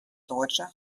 deutscher